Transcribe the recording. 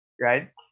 right